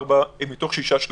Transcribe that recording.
מתוך שישה שלבים.